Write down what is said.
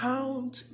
Count